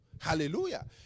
Hallelujah